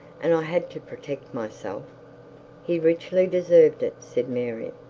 and i had to protect myself he richly deserved it said mary.